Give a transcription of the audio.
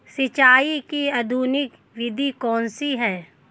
सिंचाई की आधुनिक विधि कौन सी है?